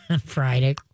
Friday